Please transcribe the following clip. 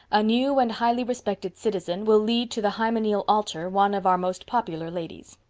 a new and highly respected citizen will lead to the hymeneal altar one of our most popular ladies.